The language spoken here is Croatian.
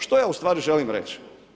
Što ja ustvari želim reći?